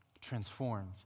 transformed